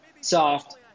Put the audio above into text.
soft